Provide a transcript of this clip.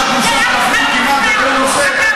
יש לך מוסר כפול כמעט בכל נושא?